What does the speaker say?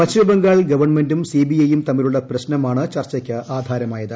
പശ്ചിമ ബംഗാൾ ഗവൺമെന്റും സിബിഐ യും തമ്മിലുള്ള പ്രശ്നം ആണ് ചർച്ചയ്ക്ക് ആധാരമായത്